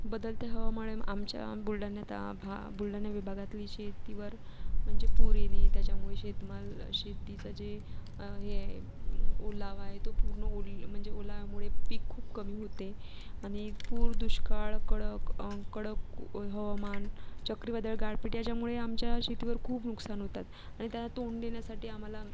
बदलत्या हवामा आमच्या बुलढाण्यात भा बुलढाणा विभागातली शेतीवर म्हणजे पूर येणे त्याच्यामुळे शेतमाल शेतीचा जे हे आहे ओलावा आहे तो पूर्ण ओढ म्हणजे ओलामुळे पीक खूप कमी होते आणि पूर दुष्काळ कडक कडक ऊ हवामान चक्रीवादळ गारपिटयाच्या मुळे आमच्या शेतीवर खूप नुकसान होतात आणि त्याला तोंड देण्यासाठी आम्हाला